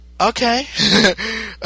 okay